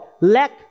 lack